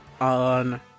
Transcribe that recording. on